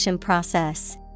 Process